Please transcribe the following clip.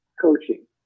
coaching